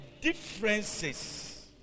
differences